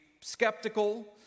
skeptical